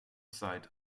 sight